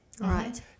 Right